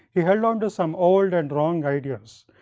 he held on to some old and wrong ideas.